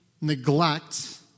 neglect